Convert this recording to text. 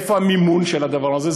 מאיפה המימון של הדבר הזה?